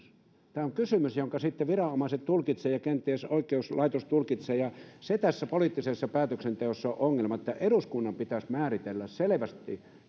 tämä on kysymys jonka sitten viranomaiset tulkitsevat ja kenties oikeuslaitos tulkitsee se tässä poliittisessa päätöksenteossa on ongelma että eduskunnan pitäisi määritellä selvästi